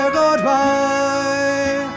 goodbye